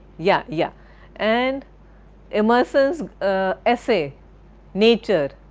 yeah yeah and emerson's ah essay nature,